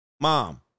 Mom